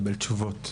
לקבל תשובות.